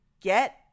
get